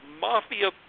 mafia